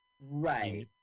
Right